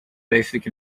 basic